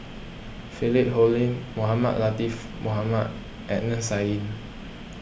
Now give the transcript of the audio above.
Philip Hoalim Mohamed Latiff Mohamed Adnan Saidi